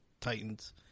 titans